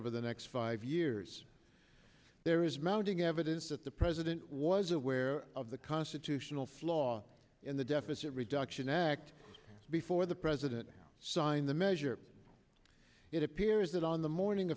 over the next five years there is mounting evidence that the president was aware of the constitutional flaw in the deficit reduction act before the president signed the measure it appears that on the morning